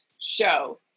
show